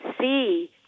see